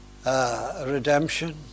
redemption